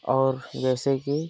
और जैसे कि